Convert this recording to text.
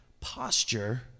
posture